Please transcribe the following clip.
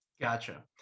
Gotcha